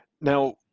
Now